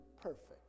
perfect